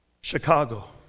Chicago